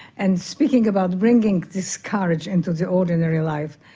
and speaking about bringing this courage into the ordinary life,